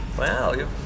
Wow